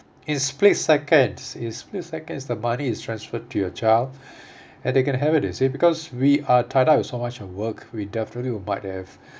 in split seconds in split seconds the money is transferred to your child and they can have it they say because we are tied up with so much of work we definitely would might have